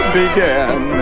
began